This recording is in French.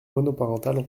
monoparentales